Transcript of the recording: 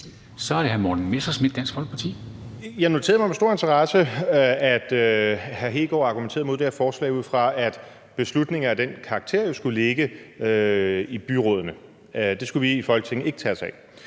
Kl. 19:49 Morten Messerschmidt (DF): Jeg noterede mig med stor interesse, at hr. Kristian Hegaard argumenterede imod det her forslag, ud fra at beslutninger af den karakter jo skulle ligge i byrådene; det skulle vi i Folketinget ikke tage os af.